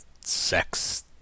sex